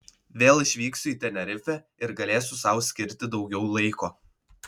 vėl išvyksiu į tenerifę ir galėsiu sau skirti daugiau laiko